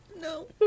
No